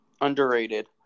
Underrated